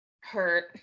hurt